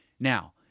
Now